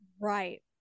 right